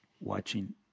watching